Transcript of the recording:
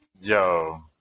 Yo